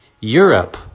Europe